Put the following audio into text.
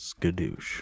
skadoosh